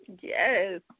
Yes